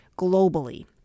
globally